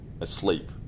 asleep